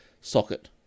socket